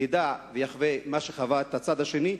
ידע ויחווה את מה שחווה הצד השני.